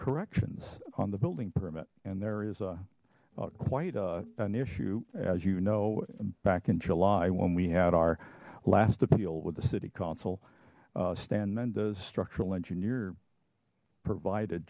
corrections on the building permit and there is a quite an issue as you know back in july when we had our last appeal with the city council stan mendez structural engineer provided